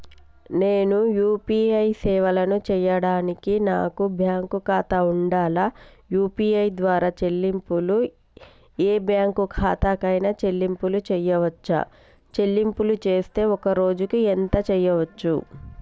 నేను యూ.పీ.ఐ సేవలను చేయడానికి నాకు బ్యాంక్ ఖాతా ఉండాలా? యూ.పీ.ఐ ద్వారా చెల్లింపులు ఏ బ్యాంక్ ఖాతా కైనా చెల్లింపులు చేయవచ్చా? చెల్లింపులు చేస్తే ఒక్క రోజుకు ఎంత చేయవచ్చు?